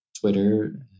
Twitter